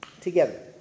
together